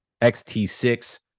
XT6